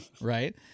right